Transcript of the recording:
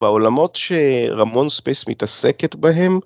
בעולמות שרמון ספייס מתעסקת בהן.